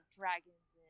dragons